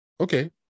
okay